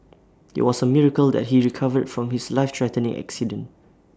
IT was A miracle that he recovered from his life threatening accident